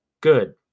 good